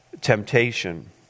temptation